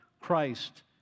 Christ